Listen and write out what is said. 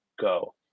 go